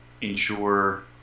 ensure